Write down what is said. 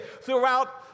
throughout